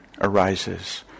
arises